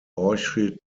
orchid